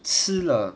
吃了